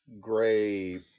Gray